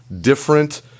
different